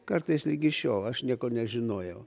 kartais ligi šiol aš nieko nežinojau